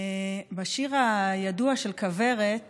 בשיר הידוע של כוורת